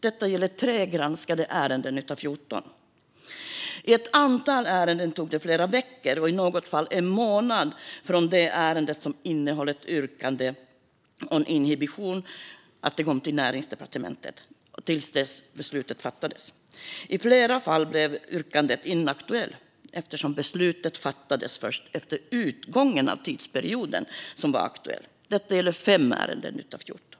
Detta gäller 3 granskade ärenden av 14. I ett antal ärenden tog det flera veckor och i något fall en månad från det att ärendet som innehöll ett yrkande om inhibition kom till Näringsdepartementet till dess att beslut fattades. I flera fall blev yrkandet inaktuellt, eftersom beslutet fattades först efter utgången av tidsperioden som var aktuell. Detta gäller 5 ärenden av 14.